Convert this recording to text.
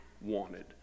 wanted